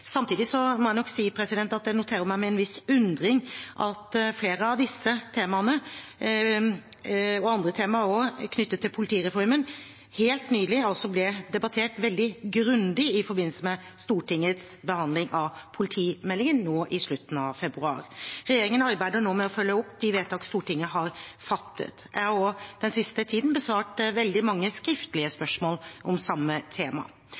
Samtidig må jeg nok si at jeg med en viss undring noterer meg at flere av disse temaene og også andre temaer knyttet til politireformen helt nylig ble debattert veldig grundig i forbindelse med Stortingets behandling av politimeldingen nå i slutten av februar. Regjeringen arbeider nå med å følge opp de vedtak Stortinget har fattet. Jeg har også den siste tiden besvart veldig mange skriftlige spørsmål om samme tema.